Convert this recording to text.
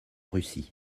russie